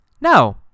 No